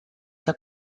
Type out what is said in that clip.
que